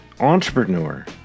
entrepreneur